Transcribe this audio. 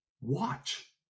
watch